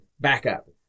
backup